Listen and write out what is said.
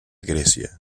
grecia